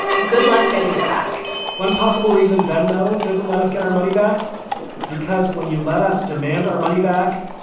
good luck getting it back one possible reason venmo doesn't let us get our money back because when you let us demand our money back,